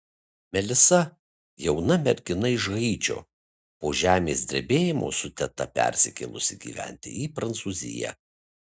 melisa jauna mergina iš haičio po žemės drebėjimo su teta persikėlusi gyventi į prancūziją